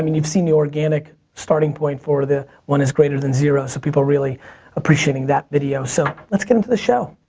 i mean you've seen the organic starting point for the one is greater than zero so people are really appreciating that video. so let's get into the show.